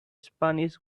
spanish